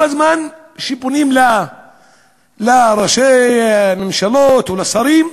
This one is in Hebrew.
כל הזמן פונים לראשי ממשלות ולשרים,